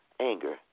Anger